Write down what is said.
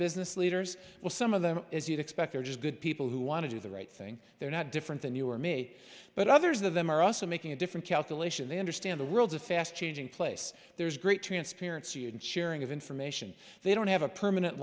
business leaders well some of them as you'd expect they're just good people who want to do the right thing they're not different than you or me but others of them are also making a different calculation they understand the world's a fast changing place there's great transparency in sharing of information they don't have a permanent